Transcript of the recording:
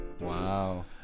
Wow